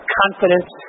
confidence